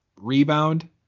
rebound